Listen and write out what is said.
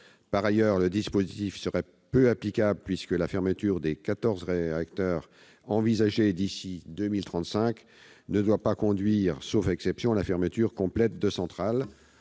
Par ailleurs, le dispositif serait peu applicable, puisque la fermeture des quatorze réacteurs envisagée d'ici à 2035 ne doit pas conduire à la fermeture complète de centrales.